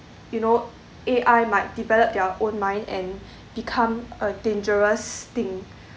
you know A_I might develop their own mind and become a dangerous thing